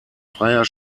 freier